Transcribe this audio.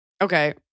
Okay